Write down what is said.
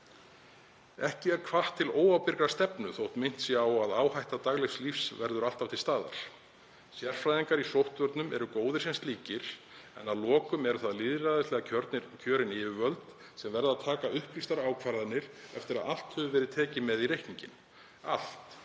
Ekki er hvatt til óábyrgrar stefnu þótt minnt sé á að áhætta daglegs lífs verður alltaf til staðar. Sérfræðingar í sóttvörnum eru góðir sem slíkir en að lokum eru það lýðræðislega kjörin yfirvöld sem verða að taka upplýstar ákvarðanir eftir að allt hefur verið tekið með í reikninginn — allt,